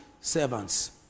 servants